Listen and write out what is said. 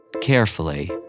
carefully